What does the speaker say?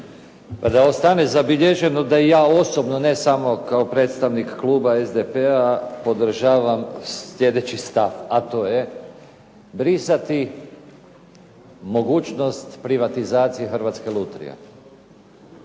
Da ostane zabilježeno da i ja osobno ne samo kao predstavnik kluba SDP-a podržavam sljedeći stav, a to je brisati mogućnost privatizacije Hrvatske lutrije.